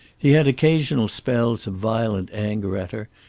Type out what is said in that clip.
he had occasional spells of violent anger at her,